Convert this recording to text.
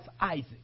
Isaac